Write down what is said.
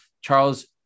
Charles